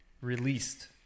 released